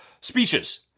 speeches